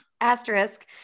Asterisk